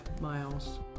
miles